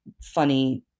funny